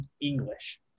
English